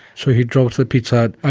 so he drove to the pizza hut.